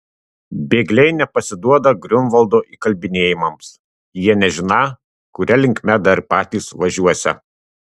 bėgliai nepasiduoda griunvaldo įkalbinėjimams jie nežiną kuria linkme dar patys važiuosią